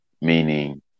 Meaning